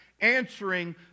answering